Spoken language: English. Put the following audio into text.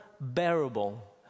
bearable